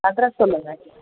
address சொல்லுங்கள்